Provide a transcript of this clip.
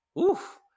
Oof